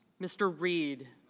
mr. reed